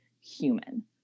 human